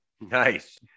Nice